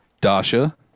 Dasha